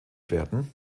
werden